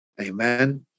Amen